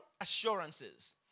assurances